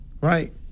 Right